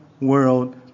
world